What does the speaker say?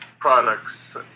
products